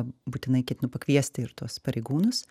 būtinai ketinu pakviesti ir tuos pareigūnus